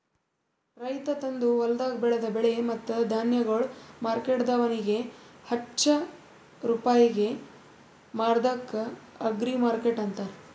ರೈತ ತಂದು ಹೊಲ್ದಾಗ್ ಬೆಳದ ಬೆಳೆ ಮತ್ತ ಧಾನ್ಯಗೊಳ್ ಮಾರ್ಕೆಟ್ದವನಿಗ್ ಹಚ್ಚಾ ರೂಪಾಯಿಗ್ ಮಾರದ್ಕ ಅಗ್ರಿಮಾರ್ಕೆಟ್ ಅಂತಾರ